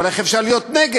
אבל איך אפשר להיות נגד?